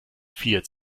vier